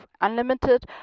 unlimited